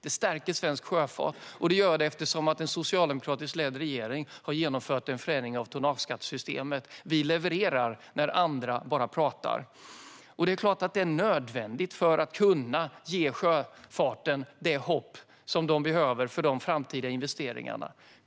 Detta stärker svensk sjöfart, och det gör det då en socialdemokratiskt ledd regering har genomfört en förändring av tonnageskattesystemet. Vi levererar när andra bara pratar. Det är klart att detta är nödvändigt för att kunna ge sjöfarten det hopp som den behöver för framtida investeringar.